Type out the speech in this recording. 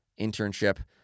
internship